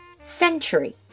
century